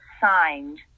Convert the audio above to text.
signed